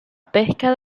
pesca